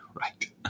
Right